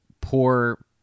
poor